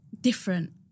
different